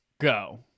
go